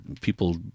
people